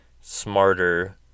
smarter